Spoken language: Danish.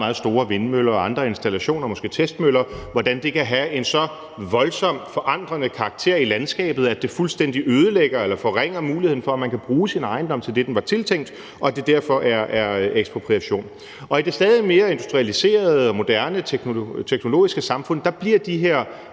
meget store vindmøller og andre installationer, måske testmøller, kan have en så voldsomt forandrende karakter i landskabet, at det fuldstændig ødelægger eller forringer muligheden for, at man kan bruge sin ejendom til det, den var tiltænkt, og at det derfor er ekspropriation. I det stadig mere industrialiserede og moderne teknologiske samfund bliver de her